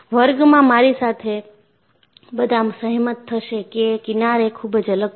વર્ગમાં મારી સાથે બધા સહેમત થશે કે કિનારએ ખૂબ જ અલગ છે